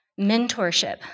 mentorship